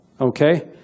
okay